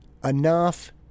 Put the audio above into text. enough